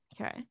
okay